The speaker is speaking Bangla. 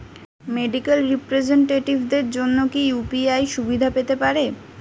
মেডিক্যাল রিপ্রেজন্টেটিভদের জন্য কি ইউ.পি.আই সুবিধা পেতে পারে?